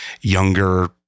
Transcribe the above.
younger